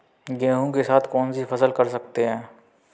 गेहूँ के साथ कौनसी फसल कर सकते हैं?